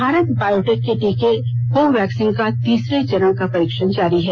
Bharat Biotech के टीके Covaxin का तीसरे चरण का परीक्षण जारी है